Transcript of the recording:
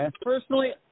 Personally